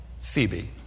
Phoebe